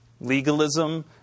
legalism